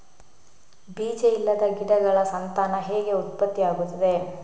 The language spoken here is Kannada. ಬೀಜ ಇಲ್ಲದ ಗಿಡಗಳ ಸಂತಾನ ಹೇಗೆ ಉತ್ಪತ್ತಿ ಆಗುತ್ತದೆ?